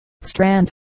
Strand